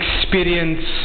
experience